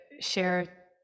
share